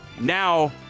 now